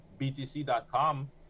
BTC.com